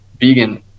vegan